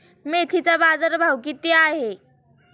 मेथीचा बाजारभाव किती आहे?